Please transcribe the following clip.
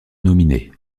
nominés